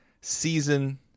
season